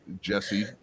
Jesse